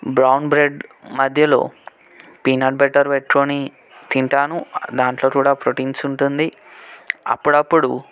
brown bread మధ్యలో peanut butter పెట్టుకొని తింటాను దాంట్లో కూడా ప్రోటీన్స్ ఉంటుంది అప్పుడప్పుడు